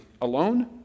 alone